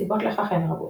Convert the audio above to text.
הסיבות לכך הן רבות.